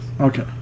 Okay